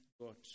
God